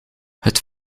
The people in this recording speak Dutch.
het